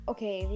Okay